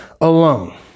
alone